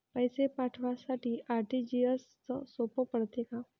पैसे पाठवासाठी आर.टी.जी.एसचं सोप पडते का?